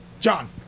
John